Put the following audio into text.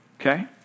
okay